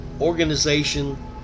organization